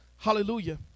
Hallelujah